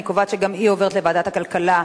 אני קובעת שגם היא מועברת לוועדת הכלכלה,